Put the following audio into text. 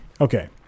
okay